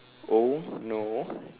oh no